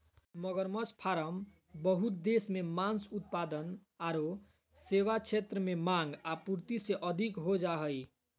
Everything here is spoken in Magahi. मगरमच्छ फार्म बहुत देश मे मांस उत्पाद आरो सेवा क्षेत्र में मांग, आपूर्ति से अधिक हो जा हई